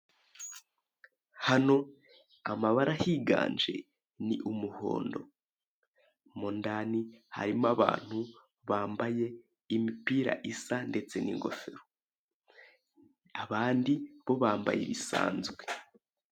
Hano amabara ahiganje ni umuhondo. Mo ndani harimo abantu bambaye imipira isa ndetse n'ingofero. Abandi bo bambaye ibisanzwe.